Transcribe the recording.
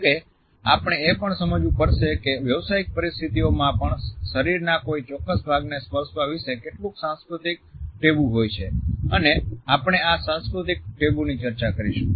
જો કે આપણે એ પણ સમજવું પડશે કે વ્યવસાયિક પરિસ્થિતિઓમાં પણ શરીરના કોઈ ચોક્કસ ભાગને સ્પર્શવા વિશે કેટલીક સાંસ્કૃતિક ટેબુ હોય છે અને આપણે આ સાંસ્કૃતિક ટેબુની ચર્ચા કરીશું